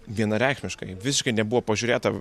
vienareikšmiškai visiškai nebuvo pažiūrėta